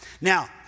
Now